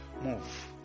move